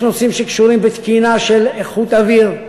יש נושאים שקשורים בתקינה של איכות אוויר,